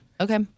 Okay